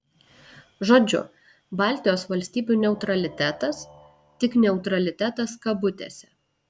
žodžiu baltijos valstybių neutralitetas tik neutralitetas kabutėse